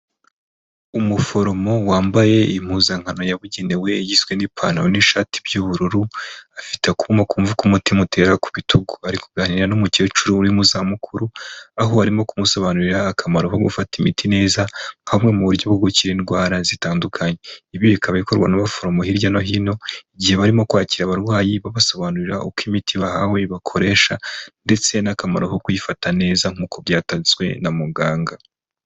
Umuforomo wambaye impuzankano yabugenewe igizwe n'ipantaro n'ishati by'ubururu afite akuma kumva uko umutima utera ku bitugu, ari kuganira n'umukecuru uri mu zamuburu, aho arimo kumusobanurira akamaro ko gufata imiti neza nk'amwe mu buryo bwo gukira indwara zitandukanye, ibi bikaba bikorwa n'abaforomo hirya no hino igihe barimo kwakira abarwayi babasobanurira uko imiti bahawe ibakoresha ndetse n'akamaro ko kuyifata neza nk'uko byatanzwe na muganga.